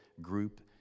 group